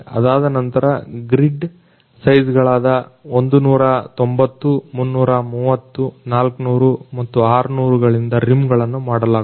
ಅದಾದ ನಂತರ ಗ್ರಿಡ್ ಸೈಜುಗಳಾದ 190 330400 ಮತ್ತು 600 ಗಳಿಂದ ರಿಮ್ ಗಳನ್ನ ಮಾಡಲಾಗುತ್ತದೆ